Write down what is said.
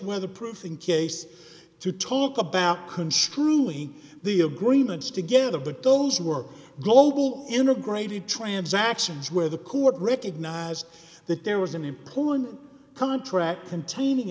weatherproofing case to talk about construing the agreements together but those who are global integrated transactions where the court recognized that there was an important contract containing